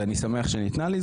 ואני שמח שהיא ניתנה לי,